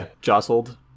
jostled